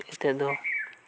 ᱦᱮᱡ ᱠᱟᱛᱮᱫ ᱫᱚ